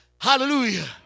hallelujah